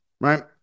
right